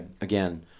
again